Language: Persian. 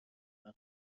فقط